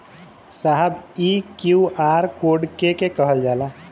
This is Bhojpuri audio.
साहब इ क्यू.आर कोड के के कहल जाला?